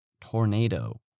tornado